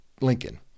Lincoln